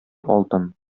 алтын